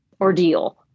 ordeal